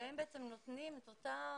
והם נותנים את אותה